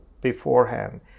beforehand